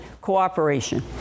cooperation